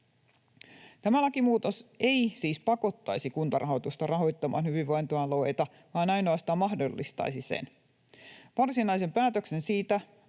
Tämä lakimuutos ei siis pakottaisi Kuntarahoitusta rahoittamaan hyvinvointialueita, vaan ainoastaan mahdollistaisi sen. Varsinaisen päätöksen siitä,